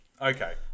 okay